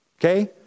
okay